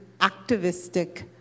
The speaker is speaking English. activistic